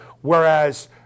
whereas